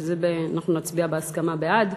נצביע בהסכמה בעד.